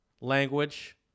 language